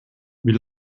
wie